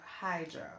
Hydro